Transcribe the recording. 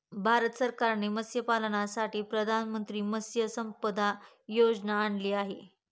भारत सरकारने मत्स्यपालनासाठी प्रधानमंत्री मत्स्य संपदा योजना आणली आहे